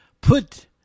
put